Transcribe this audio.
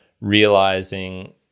realizing